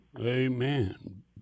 Amen